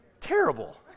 terrible